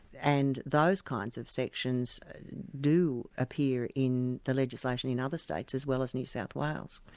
and those kinds of sections do appear in the legislation in other states as well as new south wales.